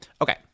okay